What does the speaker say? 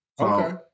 Okay